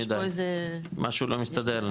לא, לא, יש פה איזה- משהו לא מסתדר לי.